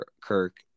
Kirk